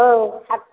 औ